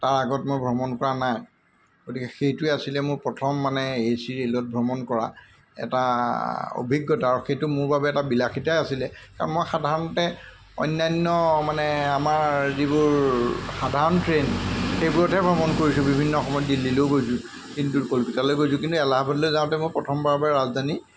তাৰ আগত মই ভ্ৰমণ কৰা নাই গতিকে সেইটোৱে আছিলে মোৰ প্ৰথম মানে এ চি ৰেলত ভ্ৰমণ কৰা এটা অভিজ্ঞতা আৰু সেইটো মোৰ বাবে এটা বিলাসীতাই আছিলে কাৰণ মই সাধাৰণতে অন্যান্য মানে আমাৰ যিবোৰ সাধাৰণ ট্ৰেইন সেইবোৰতহে ভ্ৰমণ কৰিছোঁ বিভিন্ন সময়ত দিল্লীলৈও গৈছোঁ কিন্তু কলকাতালৈ গৈছোঁ কিন্তু এলাহবাদলৈ যাওঁতে মই প্ৰথমবাৰ বাবে ৰাজধানী